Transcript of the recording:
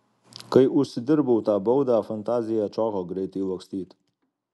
kai užsidirbau tą baudą fantazija atšoko greitai lakstyt